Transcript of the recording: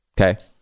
okay